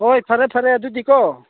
ꯍꯣꯏ ꯐꯔꯦ ꯐꯔꯦ ꯑꯗꯨꯗꯤꯀꯣ